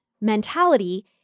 mentality